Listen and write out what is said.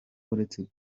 uretse